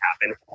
happen